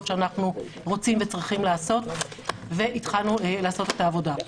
שאנחנו רוצים וצריכים לעשות והתחלנו לעשות את העבודה.